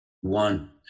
one